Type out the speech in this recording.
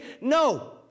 No